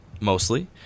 mostly